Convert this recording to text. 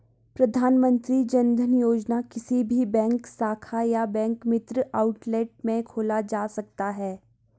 प्रधानमंत्री जनधन योजना किसी भी बैंक शाखा या बैंक मित्र आउटलेट में खोला जा सकता है